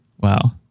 Wow